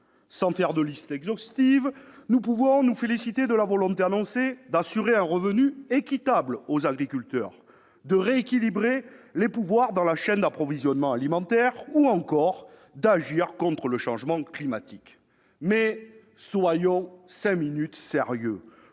sans faire de liste exhaustive, nous pouvons nous féliciter de la volonté annoncée d'assurer un revenu équitable aux agriculteurs, de rééquilibrer les pouvoirs dans la chaîne d'approvisionnement alimentaire, ou encore d'agir contre le changement climatique. Mais soyons sérieux